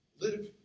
Live